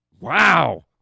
Wow